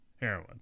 Heroin